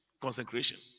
Consecration